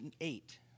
eight